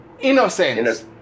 Innocent